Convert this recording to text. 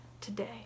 today